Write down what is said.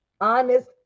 honest